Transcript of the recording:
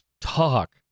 talk